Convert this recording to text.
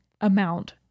amount